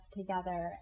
together